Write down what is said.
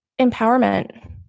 empowerment